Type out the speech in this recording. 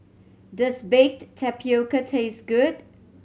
does baked tapioca taste good